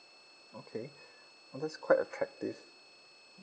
okay oh that's quite attractive